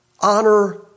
honor